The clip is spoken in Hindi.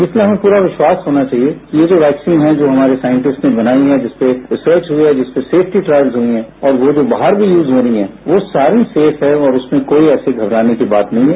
इसलिए हमें पूरा विश्वास होना चाहिए कि ये जो वैक्सीन हैं जो हमारे साइंटिस्ट्स ने बनाई हैं जिसपर रिसर्च हुई हैं जिसपर सेफ्टी ट्रायल्स हुए हैं और वो जो बाहर भी यूज होनी हैं वो सारी सेफ हैं और उसमें कोई ऐसी घबराने वाली बात नहीं हैं